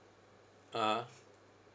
(uh huh)